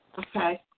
Okay